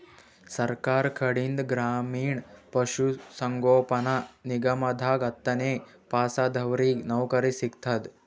ಸರ್ಕಾರ್ ಕಡೀನ್ದ್ ಗ್ರಾಮೀಣ್ ಪಶುಸಂಗೋಪನಾ ನಿಗಮದಾಗ್ ಹತ್ತನೇ ಪಾಸಾದವ್ರಿಗ್ ನೌಕರಿ ಸಿಗ್ತದ್